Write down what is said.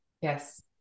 yes